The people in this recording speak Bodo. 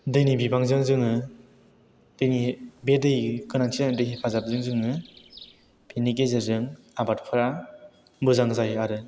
दैनि बिबांजों जों दैनि बे दै गोनांथि जानाय दैनि हेफाजाबजों जों बिनि गेजेरजों आबादफोरा मोजां जायो आरो